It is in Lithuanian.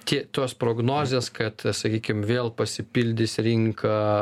tie tos prognozės kad sakykim vėl pasipildys rinka